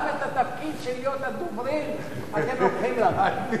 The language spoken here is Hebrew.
גם את התפקיד של להיות הדוברים אתם לוקחים לנו.